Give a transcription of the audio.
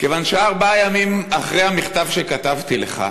כיוון שארבעה ימים אחרי המכתב שכתבתי לך,